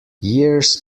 years